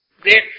great